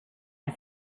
its